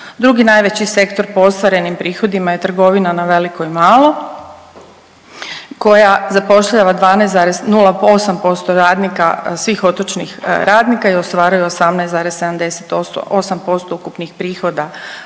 Drugi najveći sektor po ostvarenim prihodima je trgovina na veliko i malo koja zapošljava 12,08% radnika, svih otočnih radnika i ostvaruje 18,78% ukupnih prihoda